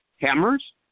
Hammers